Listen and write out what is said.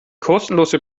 kostenlose